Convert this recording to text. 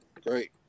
Great